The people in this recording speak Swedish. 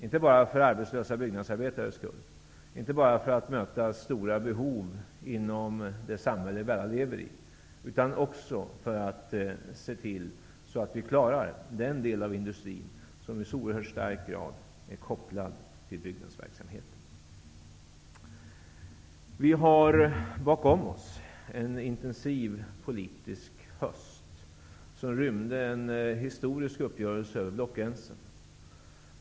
Inte bara för arbetslösa byggnadsarbetares skull, inte bara för att möta stora behov inom det samhälle vi alla lever i, utan också för att se till att vi klarar den del av industrin som i så hög grad är kopplad till byggnadsverksamheten. Vi har bakom oss en intensiv politisk höst som rymde en historisk uppgörelse över blockgränserna.